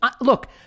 Look